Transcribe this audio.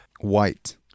white